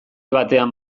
batean